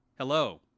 Hello